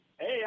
Hey